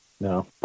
No